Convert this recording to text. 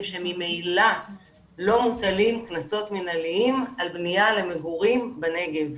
שממילא לא מוטלים קנסות מנהליים על בניה למגורים בנגב.